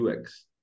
UX